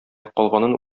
калганын